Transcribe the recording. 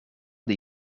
die